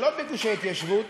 שלא בגושי ההתיישבות,